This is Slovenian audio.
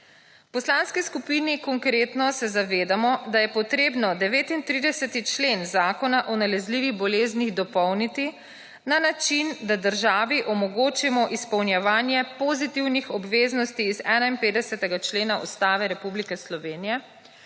V Poslanski skupini Konkretno se zavedamo, da je treba 39. člen Zakona o nalezljivih boleznih dopolniti na način, da državi omogočimo izpolnjevanje pozitivnih obveznosti iz 51. člena Ustave Republike Slovenije,